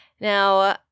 Now